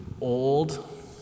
old